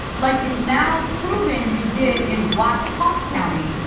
like it's now proven you did in black hawk county?